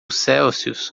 celsius